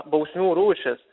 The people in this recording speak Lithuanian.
bausmių rūšys